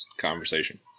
conversation